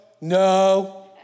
no